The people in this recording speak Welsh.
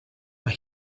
mae